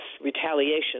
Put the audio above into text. retaliation